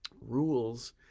rules